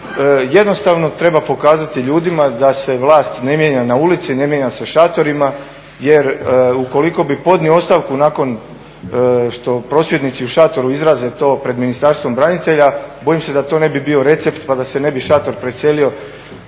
jednostavno treba pokazati ljudima da se vlast ne mijenja na ulici, ne mijenja se šatorima. Jer ukoliko bih podnio ostavku nakon što prosvjednici u šatoru izraze to pred Ministarstvom branitelja, bojim se da to ne bi bio recept pa da se ne bi šator preselio